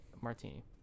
martini